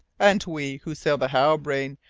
and we, who sail the halbrane,